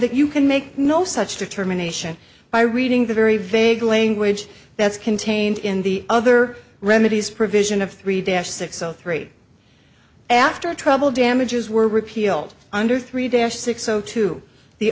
that you can make no such determination by reading the very vague language that's contained in the other remedies provision of three dash six zero three after trouble damages were repealed under three days six zero two the